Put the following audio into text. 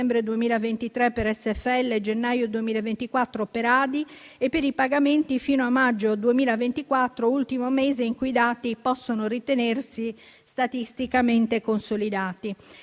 2024 per l'assegno di inclusione) e, per i pagamenti, fino a maggio 2024 (ultimo mese in cui i dati possono ritenersi statisticamente consolidati).